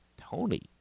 Tony